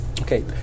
Okay